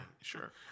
Sure